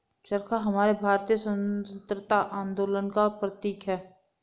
चरखा हमारे भारतीय स्वतंत्रता आंदोलन का प्रतीक है